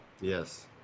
Yes